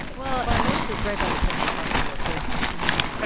well, i noticed it's right by the penrose hospital, so that might be handy. oh,